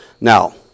Now